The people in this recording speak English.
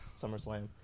SummerSlam